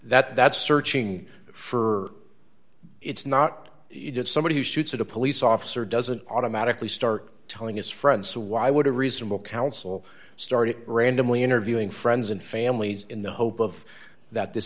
that that's searching for it's not just somebody who shoots at a police officer doesn't automatically start telling his friends so why would a reasonable counsel started randomly interviewing friends and families in the hope of that this